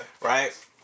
right